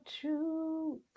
truth